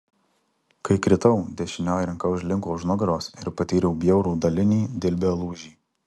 kai kritau dešinioji ranka užlinko už nugaros ir patyriau bjaurų dalinį dilbio lūžį